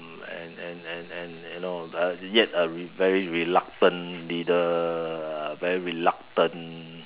and and and and and you know uh yet a very reluctant leader a very reluctant